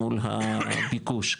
מול הביקוש,